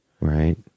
Right